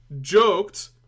joked